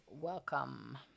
welcome